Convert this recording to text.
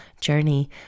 journey